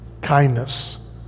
kindness